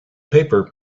paper